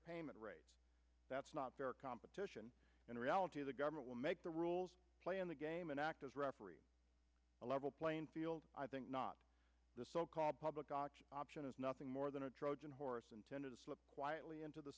payment that's not fair competition in reality the government will make the rules play in the game and act as referee a level playing field i think not the so called public option is nothing more than a trojan horse intended to quietly into the